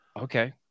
Okay